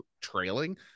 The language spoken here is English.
trailing